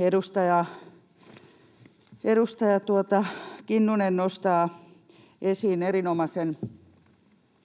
edustaja Kinnunen nostaa esiin erinomaisen